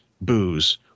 booze